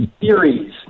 series